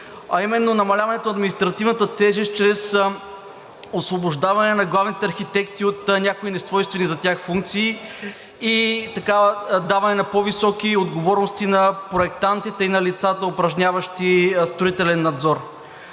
а именно намаляването на административната тежест чрез освобождаване на главните архитекти от някои несвойствени за тях функции и даване на по високи отговорности на проектантите и на лицата, упражняващи строителен надзор.